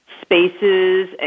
spaces